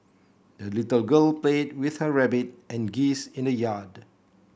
the little girl played with her rabbit and geese in the yard